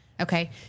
Okay